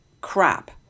crap